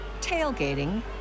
tailgating